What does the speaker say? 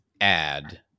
add